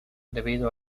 debido